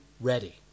ready